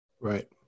Right